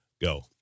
Go